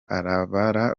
arabara